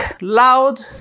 loud